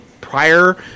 prior